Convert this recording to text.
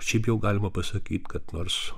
šiaip jau galima pasakyt kad nors